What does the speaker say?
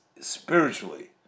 spiritually